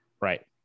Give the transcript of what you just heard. Right